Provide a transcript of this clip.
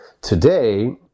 today